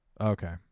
Okay